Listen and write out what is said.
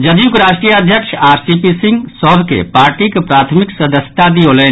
जदयूक राष्ट्रीय अध्यक्ष आर सी पी सिंह सभ के पार्टीक प्राथमिक सदस्यता दिऔलनि